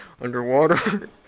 Underwater